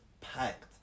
packed